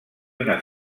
una